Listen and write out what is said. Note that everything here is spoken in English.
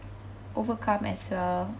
overcome as well